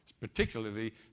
Particularly